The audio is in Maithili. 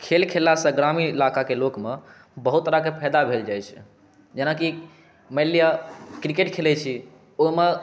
खेल खेललासँ ग्रामीण इलाकाके लोकमे बहुत तरहके फाइदा भेल जाइ छै जेनाकि मानिलिअ किरकेट खेलै छी ओहिमे